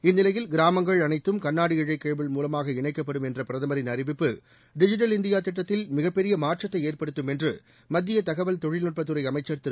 இந்நிலையில் கிராமங்கள் அனைத்தும் கண்ணாடி இழை கேபிள் மூலமாக இணைக்கப்படும் என்ற பிரதமரின் அறிவிப்பு டிஜிட்டல் இந்தியா திட்டத்தில் மிகப் பெரிய மாற்றத்தை ஏற்படுத்தும் என்று மத்திய தகவல் தொழில்நுட்பத்துறை அமைச்சர் திரு